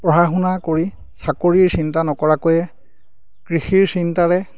পঢ়া শুনা কৰি চাকৰিৰ চিন্তা নকৰাকৈয়ে কৃষিৰ চিন্তাৰে